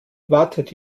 wartet